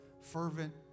fervent